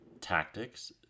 tactics